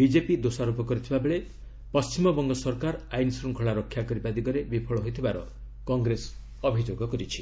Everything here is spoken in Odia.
ବିଜେପି ଦୋଷାରୋପ କରିଥିବା ବେଳେ ପଶ୍ଚିମବଙ୍ଗ ସରକାର ଆଇନଶୃଙ୍ଖଳା ରକ୍ଷା ଦିଗରେ ବିଫଳ ହୋଇଥିବାର କଂଗ୍ରେସ ଅଭିଯୋଗ କରିଛି